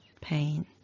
pain